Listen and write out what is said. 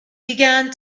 began